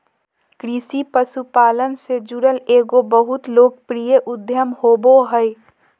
कृषि पशुपालन से जुड़ल एगो बहुत लोकप्रिय उद्यम होबो हइ